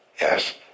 Yes